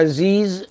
Aziz